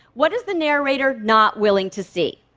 what is the narrator not willing to see?